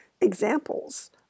examples